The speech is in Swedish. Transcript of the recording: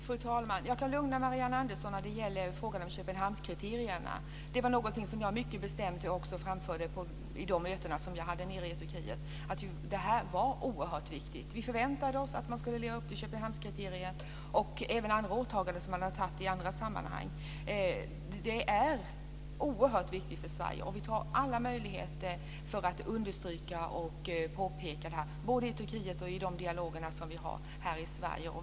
Fru talman! Jag kan lugna Marianne Andersson när det gäller frågan om Köpenhamnskriterierna. Det var någonting som jag mycket bestämt också framförde på de möten jag hade nere i Turkiet. Detta är oerhört viktigt. Vi förväntar oss att man ska leva upp till Köpenhamnskriterierna och även till andra åtaganden som man har gjort i andra sammanhang. Det är oerhört viktigt för Sverige, och vi tar alla möjligheter att understryka och påpeka detta både i Turkiet och i de dialoger som vi har här i Sverige.